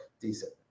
decent